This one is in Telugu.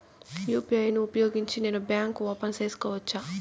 యు.పి.ఐ ను ఉపయోగించి నేను బ్యాంకు ఓపెన్ సేసుకోవచ్చా?